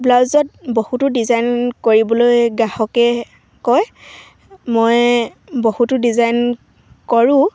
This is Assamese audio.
ব্লাউজত বহুতো ডিজাইন কৰিবলৈ গ্ৰাহকে কয় মই বহুতো ডিজাইন কৰোঁ